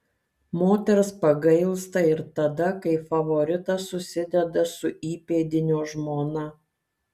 moters pagailsta ir tada kai favoritas susideda su įpėdinio žmona